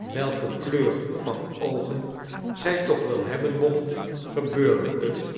welke kleur van oogen zij toch wel hebben mocht gebeurde het